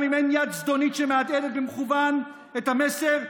גם אם אין יד זדונית שמהדהדת במכוון את המסר,